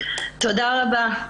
תודה רבה.